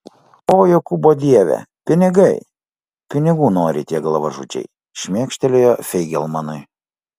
o jokūbo dieve pinigai pinigų nori tie galvažudžiai šmėkštelėjo feigelmanui